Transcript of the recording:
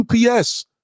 UPS